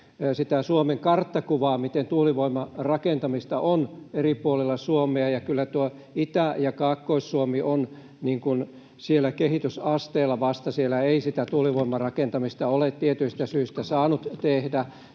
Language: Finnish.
Suomen karttakuvaa, miten tuulivoimarakentamista on eri puolilla Suomea, ja kyllä nuo Itä- ja Kaakkois-Suomi ovat siellä kehitysasteella vasta. Siellä ei sitä tuulivoimarakentamista ole tietyistä syistä saanut tehdä